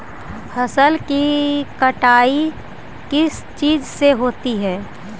फसल की कटाई किस चीज से होती है?